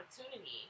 opportunity